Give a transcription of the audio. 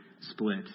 split